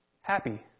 happy